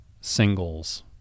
singles